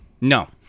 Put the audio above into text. No